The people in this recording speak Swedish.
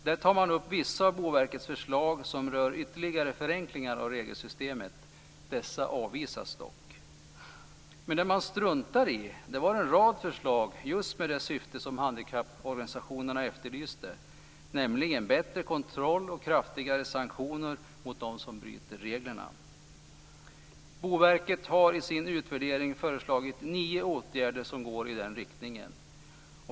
Där tar man upp vissa av Boverkets förslag som rör ytterligare förenklingar av regelsystemet, men dessa avvisas. Det man struntade i var en rad förslag just med det syfte som handikapporganisationerna efterlyste, nämligen bättre kontroll och kraftigare sanktioner mot dem som bryter mot reglerna. Boverket har i sin utvärdering föreslagit nio åtgärder som går i den riktningen.